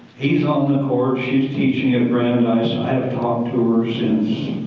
he's on the court, she's teaching at brandeis. i have talked to her since.